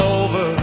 over